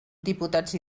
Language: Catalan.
diputats